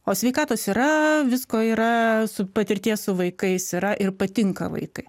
o sveikatos yra visko yra su patirties su vaikais yra ir patinka vaikai